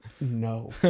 No